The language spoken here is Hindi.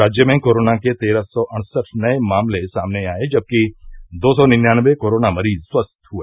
राज्य में कोरोना के तेरह सौ अड़सठ नये मामले सामने आये जबकि दो सौ निन्यानवे कोरोना मरीज स्वस्थ हुए